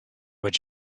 would